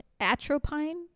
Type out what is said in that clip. atropine